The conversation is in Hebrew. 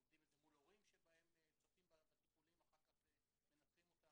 אנחנו עובדים מול הורים שצופים בטיפולים ואחר כך מנתחים אותם.